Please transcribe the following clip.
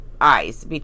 eyes